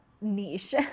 niche